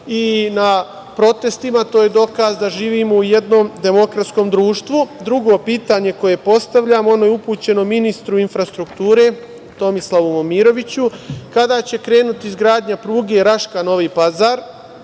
i na protestima. To je dokaz da živimo u jednom demokratskom društvu. Drugo pitanje koje postavljam, upućeno je ministru infrastrukture, Tomislavu Momiroviću – kada će krenuti izgradnja pruge Raška – Novi Pazar